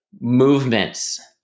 movements